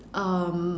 um